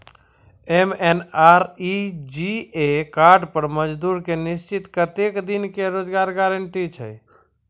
MNREGA card पर मजदुर के निश्चित कत्तेक दिन के रोजगार गारंटी छै?